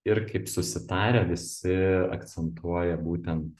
ir kaip susitarę visi akcentuoja būtent